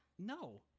No